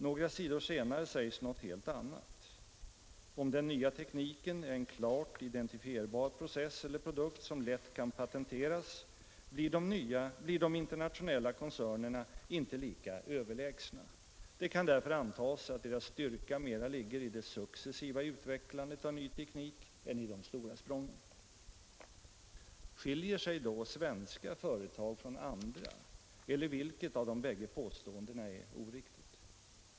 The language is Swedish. Några sidor senare sägs något helt annat: ”Om den nya tekniken är en klart identifierbar process eller produkt som lätt kan patenteras blir de internationella koncernerna inte lika överlägsna. Det kan därför antas att deras styrka mera ligger i det successiva utvecklandet av ny teknik än i de stora sprången ---.” Skiljer sig då svenska företag från andra eller vilket av de bägge påståendena är oriktigt?